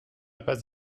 pas